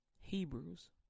Hebrews